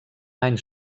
anys